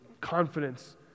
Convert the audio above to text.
confidence